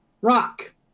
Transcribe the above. rock